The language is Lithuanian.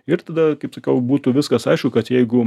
ir tada kaip sakiau būtų viskas aišku kad jeigu